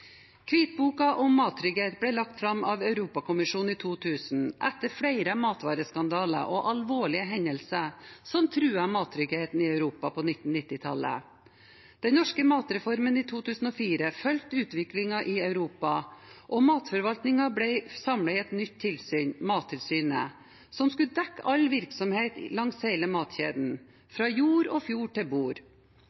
Hvitboken om mattrygghet ble lagt fram av Europakommisjonen i 2000 etter flere matvareskandaler og alvorlige hendelser som truet mattryggheten i Europa på 1990-tallet. Den norske matreformen i 2004 fulgte utviklingen i Europa, og matforvaltningen ble samlet i et nytt tilsyn, Mattilsynet, som skulle dekke all virksomhet langs hele matkjeden,